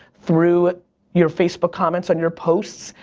through your facebook comments on your posts,